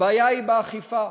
הבעיה היא באכיפה,